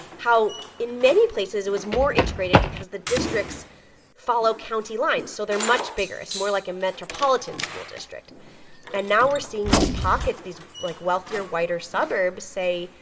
how in many places it was more integrated because the districts follow county lines. so they're much bigger. it's more like a metropolitan school district and now we're seeing these pockets, these, like, wealthier, whiter suburbs say,